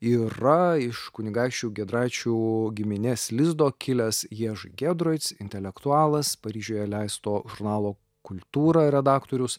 yra iš kunigaikščių giedraičių giminės lizdo kilęs jiež giedroic intelektualas paryžiuje leisto žurnalo kultūra redaktorius